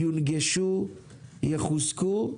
יונגשו ויחוזקו,